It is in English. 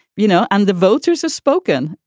you know, and the voters have spoken.